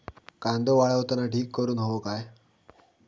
कांदो वाळवताना ढीग करून हवो काय?